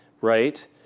right